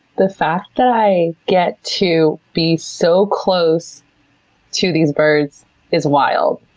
the fact that i get to be so close to these birds is wild,